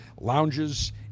lounges